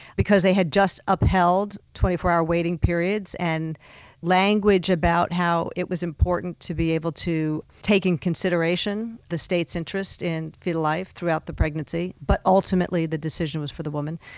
because they had just upheld twenty four hour waiting periods, and language about how it was important to be able to take in consideration the state's interest in fetal life throughout the pregnancy, but ultimately, the decision was for the woman.